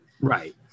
Right